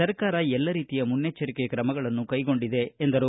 ಸರ್ಕಾರ ಎಲ್ಲ ರೀತಿಯ ಮುನ್ನಚ್ವರಿಕೆ ಕ್ರಮಗಳನ್ನು ಕೈಗೊಂಡಿದೆ ಎಂದರು